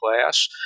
class